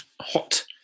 hot